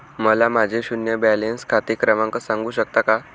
मला माझे शून्य बॅलन्स खाते क्रमांक सांगू शकता का?